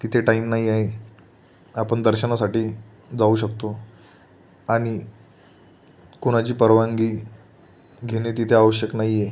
तिथे टाइम नाही आहे आपण दर्शनासाठी जाऊ शकतो आणि कुणाची परवानगी घेणे तिथे आवश्यक नाही आहे